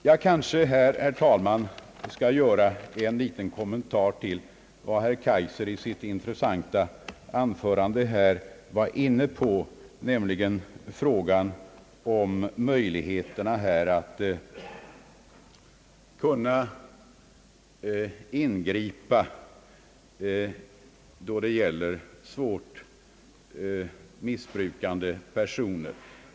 Jag kanske här, herr talman, skall göra en kommentar till vad herr Kaijser i sitt intressanta anförande nyss var inne på, nämligen frågan om möjligheterna att ingripa då det gäller svårt missbrukande personer.